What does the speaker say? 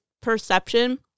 perception